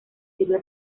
sirve